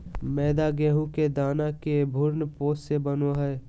मैदा गेहूं के दाना के भ्रूणपोष से बनो हइ